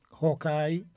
hawkeye